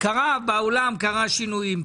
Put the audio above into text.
קרו בעולם שינויים,